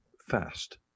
fast